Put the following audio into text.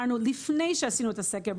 לפני שעשינו את הסקר,